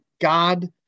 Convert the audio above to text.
god